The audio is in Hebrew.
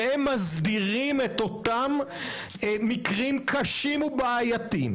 והם מסדירים את אותם מקרים קשים ובעייתיים,